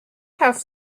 have